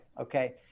okay